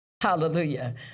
Hallelujah